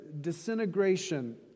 disintegration